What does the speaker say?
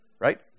right